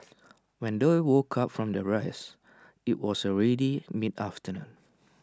when they woke up from their rest IT was already mid afternoon